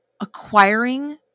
acquiring